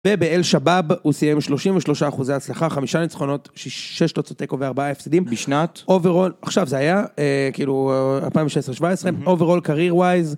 ובאל שבאב הוא סיים 33 אחוזי הצלחה, חמישה ניצחונות, שש תוצאות תיקו וארבעה הפסדים בשנת אוברול. עכשיו זה היה, כאילו, 2016-2017, אוברול קרייר-ווייז.